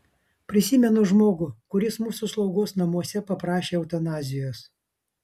prisimenu žmogų kuris mūsų slaugos namuose paprašė eutanazijos